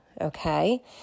Okay